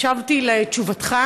הקשבתי לתשובתך.